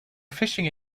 fishing